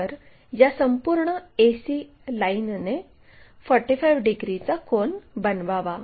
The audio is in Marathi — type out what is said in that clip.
तर या संपूर्ण ac लाइनने 45 डिग्रीचा कोन बनवावा